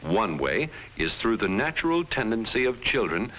one way is through the natural tendency of children